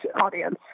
audience